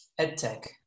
EdTech